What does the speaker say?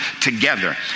together